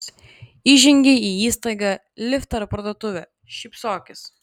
įžengei į įstaigą liftą ar parduotuvę šypsokis